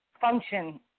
function